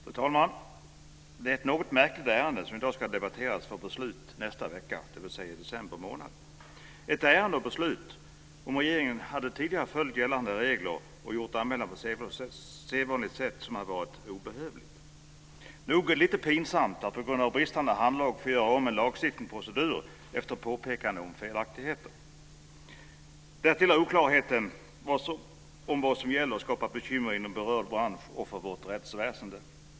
Fru talman! Det är ett något märkligt ärende som i dag ska debatteras för beslut i nästa vecka, dvs. i december månad. Om regeringen hade följt tidigare gällande regler och gjort anmälan på sedvanligt sätt, hade detta ärende och detta beslut varit obehövliga. Nog är det lite pinsamt att man på grund av bristande handlag får göra om en lagstiftningsprocedur efter påpekande om felaktigheter. Därtill har oklarheten om vad som gäller skapat bekymmer inom berörd bransch och för vårt rättsväsende.